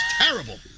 terrible